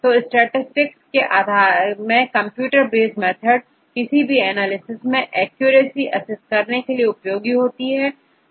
तो स्टैटिसटिक्स में computer based method किसी भी एनालिसिस में एक्यूरेसी असेस करने में उपयोगी होती है